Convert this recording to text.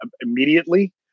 immediately